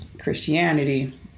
Christianity